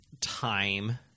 time